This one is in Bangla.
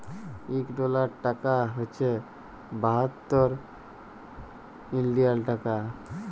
ইক ডলার টাকা হছে বাহাত্তর ইলডিয়াল টাকা